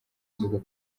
z’uku